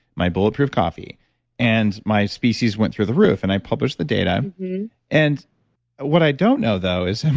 my bulletproof coffee and my species went through the roof and i published the data and what i don't know though is,